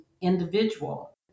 individual